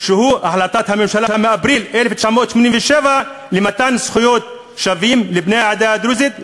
שהוא החלטת הממשלה מאפריל 1987 למתן זכויות שוות לבני העדה הדרוזית.